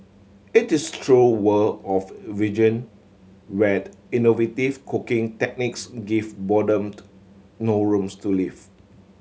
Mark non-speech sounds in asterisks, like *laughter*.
it is the true world of vegan where *unintelligible* innovative cooking techniques give boredom *unintelligible* no rooms to live